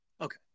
Okay